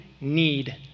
need